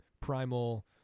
primal